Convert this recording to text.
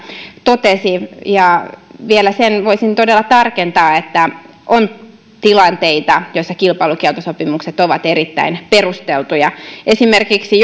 totesi vielä voisin todella tarkentaa että on tilanteita joissa kilpailukieltosopimukset ovat erittäin perusteltuja esimerkiksi